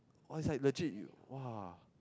oh is like legit you !wah!